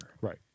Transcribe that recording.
Right